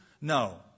No